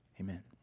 Amen